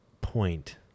point